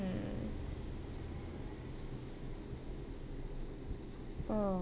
mm oh